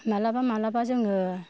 मालाबा मालाबा जोङो